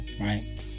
right